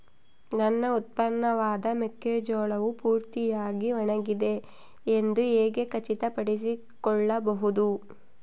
ನನ್ನ ಉತ್ಪನ್ನವಾದ ಮೆಕ್ಕೆಜೋಳವು ಪೂರ್ತಿಯಾಗಿ ಒಣಗಿದೆ ಎಂದು ಹೇಗೆ ಖಚಿತಪಡಿಸಿಕೊಳ್ಳಬಹುದು?